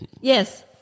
Yes